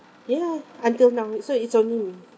ya until now so it's only me